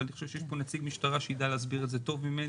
יש פה נציג משטרה שידע להסביר את זה טוב ממני,